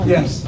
Yes